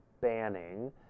banning